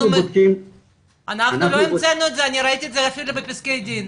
אני ראיתי את זה אפילו בפסקי דין,